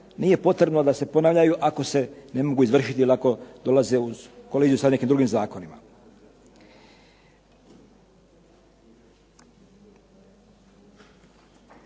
nije potrebno da se ponavljaju, ako se ne mogu izvršiti, jer ako dolaze uz koaliziju sa nekim drugim zakonima.